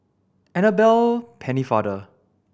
Annabel Pennefather